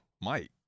Mike